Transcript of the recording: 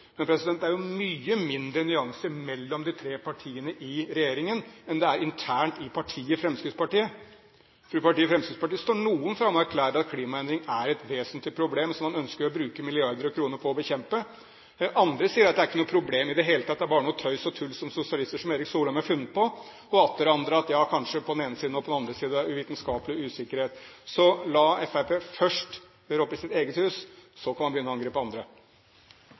men det er jo mye mindre nyanseforskjeller mellom de tre partiene i regjeringen enn det er internt i Fremskrittspartiet. For i Fremskrittspartiet står noen fram og erklærer at klimaendring er et vesentlig problem som man ønsker å bruke milliarder av kroner på å bekjempe. Andre sier at det er ikke noe problem i det hele tatt – det er bare noe tøys og tull som sosialister som Erik Solheim har funnet på, og atter andre at ja, kanskje, på den ene siden og på den andre siden, og at det er vitenskapelig usikkerhet. Så la Fremskrittspartiet først gjøre opp i sitt eget hus. Så kan de begynne å angripe andre.